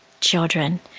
children